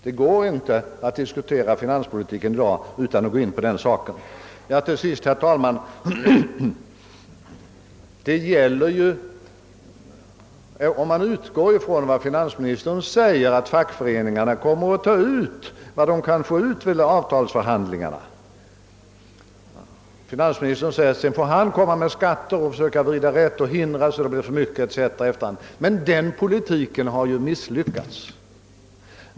Det går inte att diskutera finanspolitik i dag utan att komma in på den saken. Finansministern sade att fackföreningarna kommer att ta ut vad de kan få ut vid avtalsförhandlingarna och att han får föreslå skatter för att därigenom söka förebygga eller vrida det hela rätt. Men den politiken har ju misslyckats!